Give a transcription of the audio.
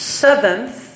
seventh